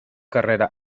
carrera